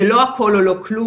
זה לא הכול או לא כלום,